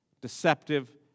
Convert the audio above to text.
deceptive